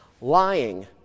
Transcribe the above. lying